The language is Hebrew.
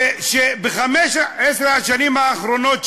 ב-15 השנים האחרונות,